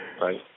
Right